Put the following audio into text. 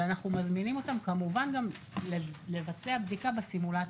ואנחנו מזמינים אותם לבצע בדיקה בסימולטור,